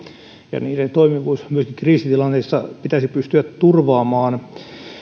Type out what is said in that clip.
ja niiden toimivuus myöskin kriisitilanteissa pitäisi pystyä turvaamaan